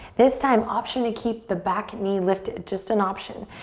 this time, option to keep the back knee lifted, just an option,